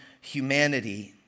humanity